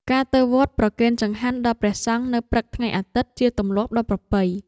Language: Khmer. ការទៅវត្តប្រគេនចង្ហាន់ដល់ព្រះសង្ឃនៅព្រឹកថ្ងៃអាទិត្យជាទម្លាប់ដ៏ប្រពៃ។